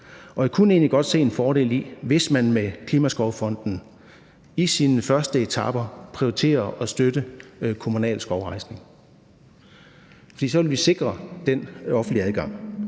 Jeg kunne egentlig godt se en fordel i, hvis man med Klimaskovfonden i dens første etaper prioriterer at støtte kommunal skovrejsning, for så vil vi sikre den offentlige adgang.